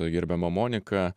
gerbiama monika